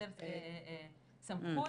יותר סמכות,